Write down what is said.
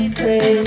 say